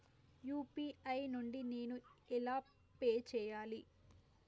UPI నుండి నేను ఎలా పే చెయ్యాలి?